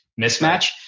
mismatch